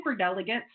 superdelegates